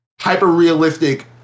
hyper-realistic